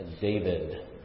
David